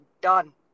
done